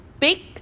pick